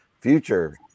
future